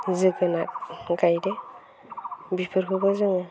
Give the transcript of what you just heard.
जोगोनाद गायदो बेफोरखौबो जोङो